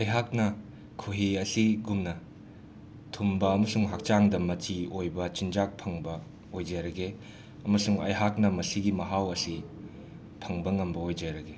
ꯑꯩꯍꯥꯛꯅ ꯈꯣꯏꯍꯤ ꯑꯁꯤꯒꯨꯝꯅ ꯊꯨꯝꯕ ꯑꯃꯁꯨꯡ ꯍꯛꯆꯥꯡꯗ ꯃꯆꯤ ꯑꯣꯏꯕ ꯆꯤꯟꯖꯥꯛ ꯐꯪꯕ ꯑꯣꯏꯖꯔꯒꯦ ꯑꯃꯁꯨꯡ ꯑꯩꯍꯥꯛꯅ ꯃꯁꯤꯒꯤ ꯃꯍꯥꯎ ꯑꯁꯤ ꯐꯪꯕ ꯉꯝꯕ ꯑꯣꯏꯖꯔꯒꯦ